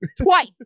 twice